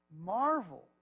marvel